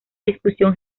discusión